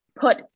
put